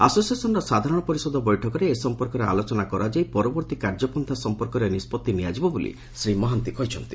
ଆସୋସିଏସନ୍ର ସାଧାରଣ ପରିଷଦ ବୈଠକରେ ଏ ସଂପର୍କରେ ଆଲୋଚନା କରାଯାଇ ପରବର୍ତ୍ତୀ କାର୍ଯ୍ୟପନ୍ତା ସଂପର୍କରେ ନିଷ୍ବତ୍ତି ନିଆଯିବ ବୋଲି ଶ୍ରୀ ମହାନ୍ତି କହିଛନ୍ତି